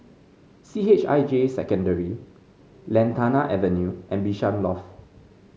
C H I J Secondary Lantana Avenue and Bishan Loft